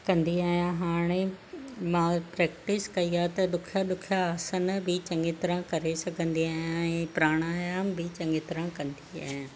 कंदी आहियां हाणे मां प्रैक्टिस कई आहे त ॾुखिया ॾुखिया आसन बि चङी तरह करे सघंदी आहियां ऐं प्राणायाम बि चङी तरह कंदी आहियां